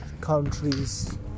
countries